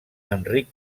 enric